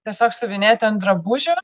tiesiog siuvinėti ant drabužių